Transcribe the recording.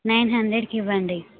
nine హండ్రెడ్కి ఇవ్వండి